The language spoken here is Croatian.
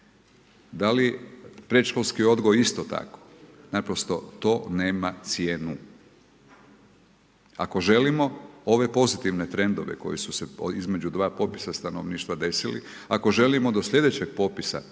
Da li, predškolski odgoj isto tako, naprosto to nema cijenu. Ako želimo, ove pozitivne trendove koji su se, između dva popisa stanovništva desili, ako želimo do sljedećeg popisa